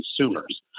consumers